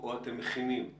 או אתם מכינים,